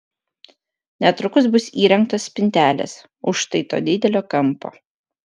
netrukus bus įrengtos spintelės už štai to didelio kampo